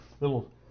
little